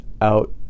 out